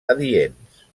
adients